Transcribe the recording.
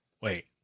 Wait